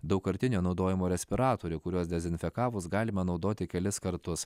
daugkartinio naudojimo respiratorių kuriuos dezinfekavus galima naudoti kelis kartus